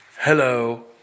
Hello